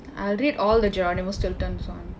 I read all the geronimo stilton one